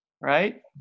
right